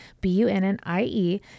B-U-N-N-I-E